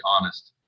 honest